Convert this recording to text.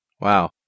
Wow